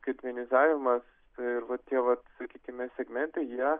skaitmenizavimas ir vat tie vat sakykime segmentai jie